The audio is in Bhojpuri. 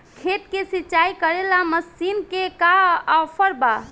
खेत के सिंचाई करेला मशीन के का ऑफर बा?